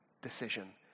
decision